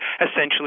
essentially